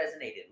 resonated